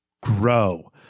grow